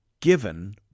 given